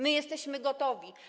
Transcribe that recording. My jesteśmy gotowi.